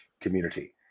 community